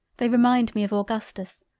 they remind me of augustus.